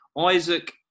Isaac